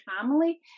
family